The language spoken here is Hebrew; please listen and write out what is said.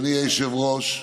אדוני היושב-ראש,